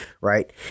right